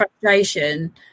frustration